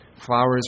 Flowers